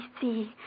see